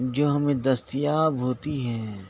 جو ہمیں دستیاب ہوتی ہیں